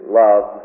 love